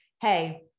hey